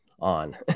on